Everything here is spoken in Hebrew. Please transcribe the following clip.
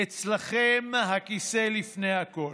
אצלכם הכיסא לפני הכול.